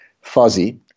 fuzzy